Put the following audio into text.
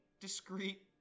discreet